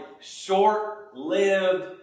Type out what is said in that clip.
short-lived